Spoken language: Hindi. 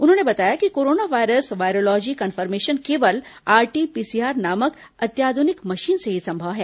उन्होंने बताया कि कोरोना वायरस वायरोलॉजी कन्फर्मेशन केवल आरटी पीसीआर नामक अति अत्याधुनिक मशीन से ही संभव है